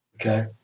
Okay